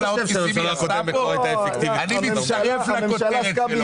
אני מצטרף לכותרת שלו.